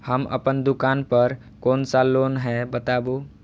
हम अपन दुकान पर कोन सा लोन हैं बताबू?